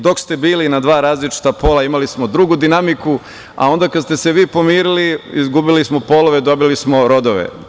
Dok ste bili na dva različita pola imali smo drugu dinamiku, a onda kada ste se vi pomirili izgubili smo polove, dobili smo rodove.